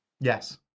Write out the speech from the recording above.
Yes